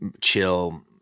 chill